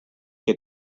què